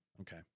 Okay